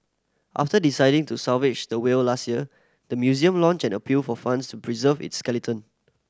after deciding to salvage the whale last year the museum launched an appeal for funds to preserve its skeleton